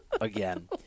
Again